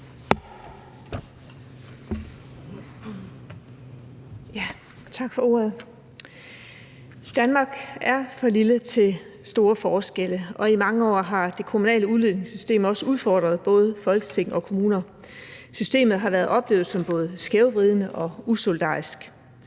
(S): Tak for ordet. Danmark er for lille til store forskelle, og i mange år har det kommunale udligningssystem også udfordret både Folketing og kommuner. Systemet har været oplevet som både skævvridende og usolidarisk.